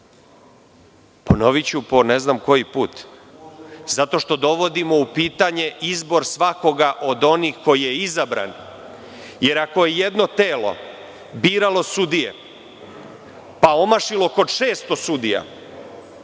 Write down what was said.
po ne znam koji put – zato što dovodimo u pitanje izbor svakoga od onih koji je izabran, jer ako je jedno telo biralo sudije, pa omašilo kod 600 sudija,